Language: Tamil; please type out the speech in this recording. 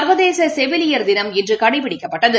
சர்வதேச்செவிலியர் தினம் இன்றுகடைப்பிடிக்கப்பட்டது